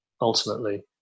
ultimately